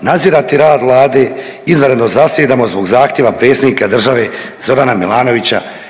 nadzirati rad Vlade, izvanredno zasjedamo zbog zahtjeva predsjednika države Zorana Milanovića